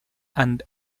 and